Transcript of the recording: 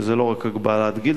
שזה לא רק הגבלת גיל,